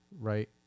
right